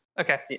okay